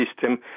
system